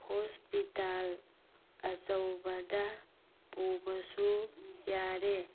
hospital ꯑꯆꯧꯕꯗ ꯄꯨꯕꯁꯨ ꯌꯥꯔꯦ